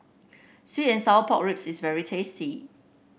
sweet and Sour Pork Ribs is very tasty